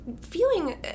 feeling